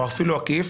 או אפילו עקיף,